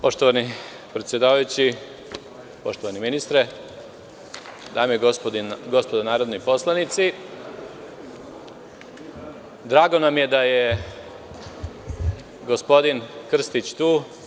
Poštovani predsedavajući, poštovani ministre, dame i gospodo narodni poslanici, drago nam je da je gospodin Krstić tu.